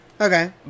Okay